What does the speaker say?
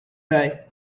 die